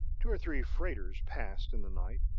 two or three freighters passed in the night,